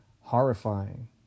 horrifying